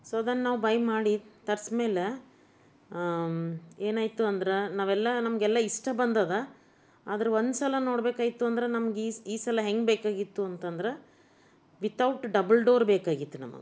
so ಅದನ್ನು ನಾವು buy ಮಾಡಿ ತರ್ಸಿ ಮೇಲೆ ಏನಾಯಿತು ಅಂದ್ರೆ ನಾವೆಲ್ಲ ನಮ್ಗೆಲ್ಲ ಇಷ್ಟ ಬಂದಿದೆ ಆದ್ರೆ ಒಂದ್ಸಲ ನೋಡಬೇಕಾಯ್ತು ಅಂದ್ರೆ ನಮ್ಗೆ ಈ ಸ್ ಈ ಸಲ ಹೆಂಗೆ ಬೇಕಾಗಿತ್ತು ಅಂತಂದ್ರೆ ವಿತೌಟ್ ಡಬಲ್ ಡೋರ್ ಬೇಕಾಗಿತ್ತು ನಮಗೆ